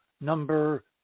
number